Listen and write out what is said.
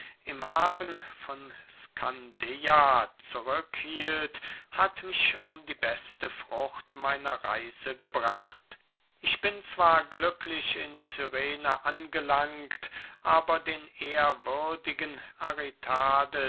im hafen von skandeia zurück hielt hat mich um die beste frucht meiner reise gebracht ich bin zwar glücklich in cyrene angelangt aber den ehrwürdigen aritades